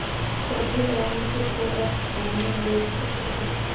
सभे ब्रांड के product online बेच सको हइ